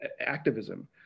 activism